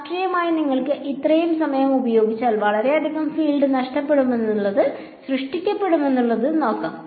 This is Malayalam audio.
ശാസ്ത്രീയമായി നിങ്ങൾക്ക് ഇത്രയും സമയം ഉപയോഗിച്ചാൽ വളരെയധികം ഫീൽഡ് സൃഷ്ടിക്കപ്പെടുമെന്ന് നോക്കാം